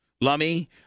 Lummy